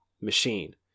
machine